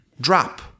drop